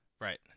right